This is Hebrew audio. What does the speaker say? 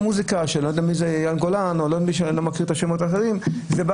מוזיקה של אייל גולן או שמות אחרים שאני לא מכיר,